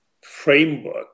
framework